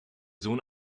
sohn